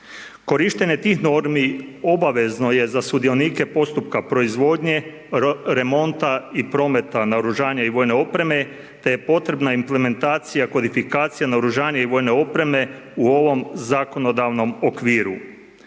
Korištenje tih normi obavezno je za sudionike postupka proizvodnje remonta i prometa naoružanja i vojne opreme te je potrebna implementacija, kodifikacija naoružanja i vojne opreme u ovom zakonodavnom okviru.